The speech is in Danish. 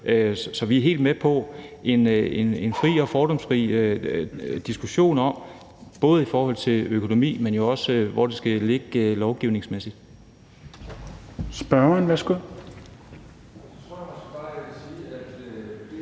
Så vi er helt med på en fri og fordomsfri diskussion både i forhold til økonomi, men også om, hvor det skal ligge lovgivningsmæssigt.